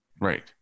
Right